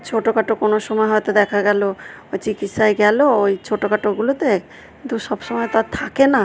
ছোটো খাটো কোনো সময় হয়তো দেখা গেলো ওই চিকিৎসায় গেলো ওই ছোটো খাটোগুলোতে কিন্তু সবসময় তো আর থাকে না